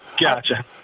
Gotcha